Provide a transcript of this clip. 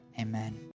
Amen